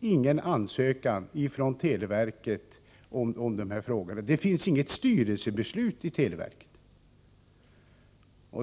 ingen ansökan från televerket och det finns inget styrelsebeslut i televerket i denna fråga.